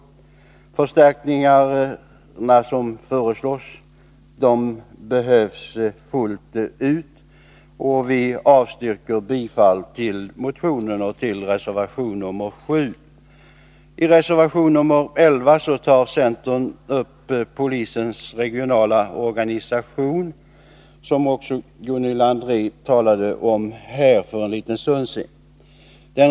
De förstärkningar som föreslås är synnerligen behövliga, varför vi avstyrker bifall till motionen och till reservation nr 7. I reservation nr 11 tar centern upp polisens regionala organisation, som också Gunilla André talade om för en liten stund sedan.